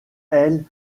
elle